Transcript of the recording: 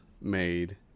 made